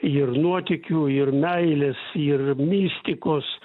ir nuotykių ir meilės ir mistikos